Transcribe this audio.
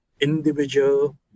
individual